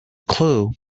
clue